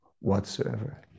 whatsoever